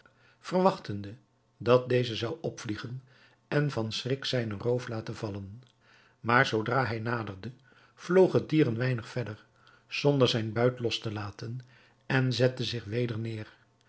verwachtende dat deze zou opvliegen en van schrik zijnen roof laten vallen maar zoodra hij naderde vloog het dier een weinig verder zonder zijn buit los te laten en zette zich weder neêr